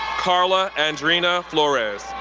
karla andreina flores,